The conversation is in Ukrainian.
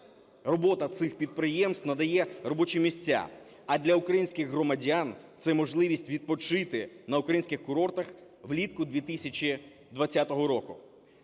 робота цих підприємств надає робочі місця, а для українських громадян – це можливість відпочити на українських курортах влітку 2020 року.